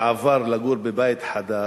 כשעבר לגור בבית חדש,